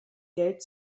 geld